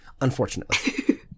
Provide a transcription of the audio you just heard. unfortunately